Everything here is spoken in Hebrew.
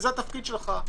זה התפקיד שלך.